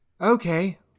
Okay